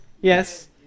Yes